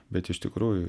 bet iš tikrųjų